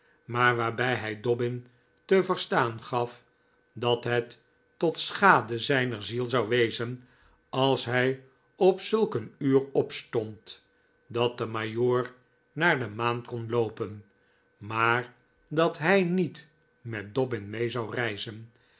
maar waarbij hij dobbin te verstaan gaf dat het tot schade zijner ziel zou wezen als hij op zulk een uur opstond dat de majoor naar de maan kon loopen maar dat hij niet met dobbin mee zou reizen